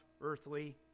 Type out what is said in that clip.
earthly